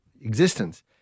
existence